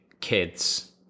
kids